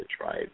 right